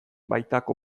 baitako